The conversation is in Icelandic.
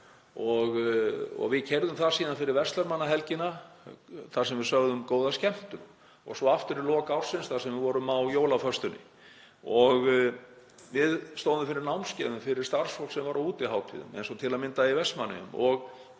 Við keyrðum það síðan fyrir verslunarmannahelgina þar sem við sögðum góða skemmtun. Og svo aftur í lok ársins þar sem við vorum á jólaföstunni. Við stóðum fyrir námskeiðum fyrir starfsfólk sem var á útihátíðum, eins og til að mynda í Vestmannaeyjum.